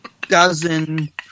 dozen